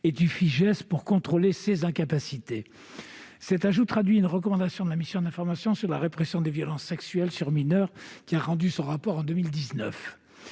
et du Fijais pour contrôler les incapacités. Cet ajout procède d'une recommandation de la mission commune d'information sur la répression de violences sexuelles sur mineurs, qui a rendu son rapport en 2019.